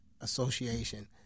Association